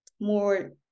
more